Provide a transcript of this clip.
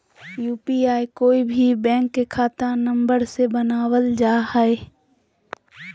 UPI कोय भी bank के खाता नंबर से बनावल जा हइ